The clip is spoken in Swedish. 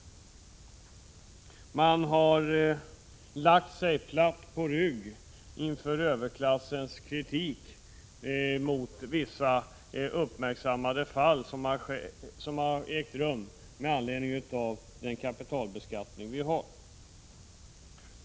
Regeringen har lagt sig platt på rygg inför överklassens kritik mot vissa uppmärksammade fall där nuvarande beskattningsregler tillämpats.